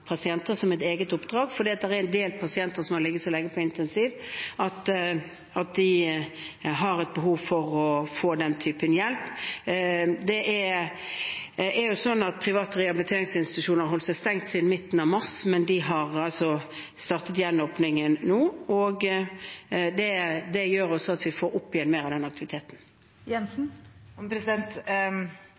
har ligget så lenge på intensiven at de har et behov for å få den typen hjelp. Private rehabiliteringsinstitusjoner har holdt stengt siden midten av mars, men de har startet gjenåpningen nå, og det gjør også at vi får opp igjen mer av den aktiviteten. Siv Jensen